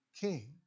king